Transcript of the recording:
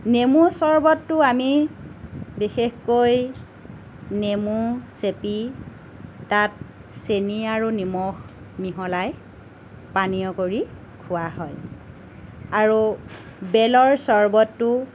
নেমুৰ চৰ্বতটো আমি বিশেষকৈ নেমু চেপি তাত চেনী আৰু নিমখ মিহলাই পানীয় কৰি খোৱা হয় আৰু বেলৰ চৰ্বতটো